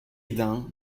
hesdin